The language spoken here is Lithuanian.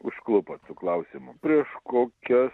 užklupot su klausimu prieš kokias